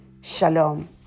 shalom